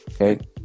okay